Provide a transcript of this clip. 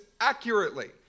accurately